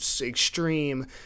extreme